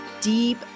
deep